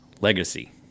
Legacy